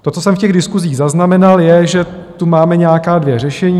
To co jsem z těch diskusí zaznamenal, je, že tu máme nějaká dvě řešení.